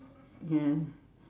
ya